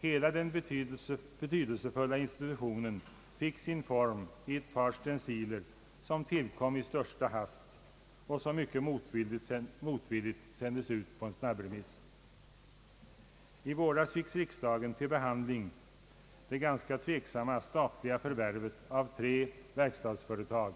Hela den betydelsefulla institutionen fick sin form i ett par stenciler som tillkom i största hast och som motvilligt sändes ut på snabbremiss. I våras fick riksdagen till behandling det ganska tveksamma statliga förvärvet av tre verkstadsföretag